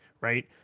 right